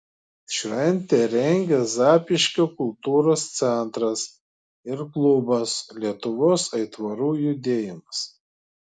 šventę rengia zapyškio kultūros centras ir klubas lietuvos aitvarų judėjimas